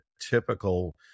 typical